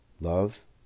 Love